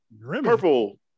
purple